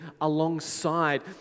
alongside